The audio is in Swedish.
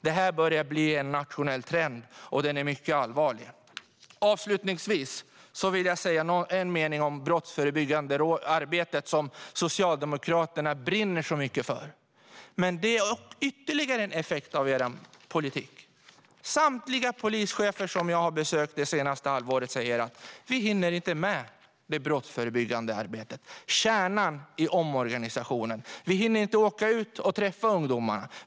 Detta börjar bli en nationell trend, och den är mycket allvarlig. Avslutningsvis vill jag säga något om det brottsförebyggande arbetet, som Socialdemokraterna brinner mycket för. Det är ytterligare en effekt av er politik. Samtliga polischefer som jag har besökt det senaste halvåret säger: Vi hinner inte med det brottsförebyggande arbetet, kärnan i omorganisationen. Vi hinner inte åka ut och träffa ungdomarna.